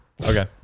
Okay